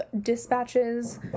dispatches